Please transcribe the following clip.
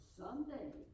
someday